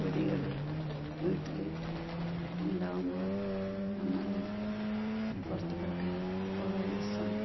ചെടികൾ വീട്ടിൽ ഉണ്ടാവുമ്പോൾ നമ്മൾ പുറത്തേക്കൊക്കെ പോവുന്ന ദിവസം